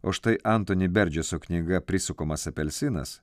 o štai antoni berdžeso su knyga prisukamas apelsinas